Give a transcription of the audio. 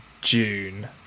June